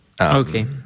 Okay